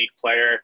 player